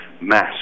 mass